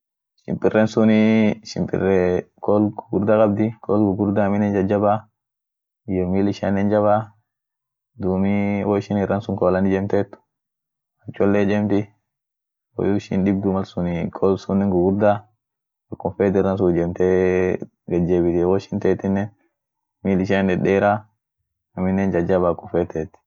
shimpiren sunii shimpire kol gugurda kabdi kool gugurda aminen jajaba iyo mil ishianen jabaa duumi woishin iran sun koolan ijemteet ak cholle ijemti woyyu ishi hindibdu malsunii kol sunen gugurdaa akumfeet iran sun ijemtee it gajebitie woishin tetinen mil ishian dedera aminen jajaba akumfeet teeti.